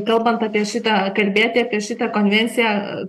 kalbant apie šitą kalbėti apie šitą konvenciją